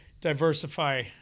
diversify